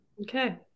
Okay